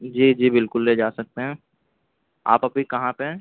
جی جی بالکل لے جا سکتے ہیں آپ ابھی کہاں پہ ہیں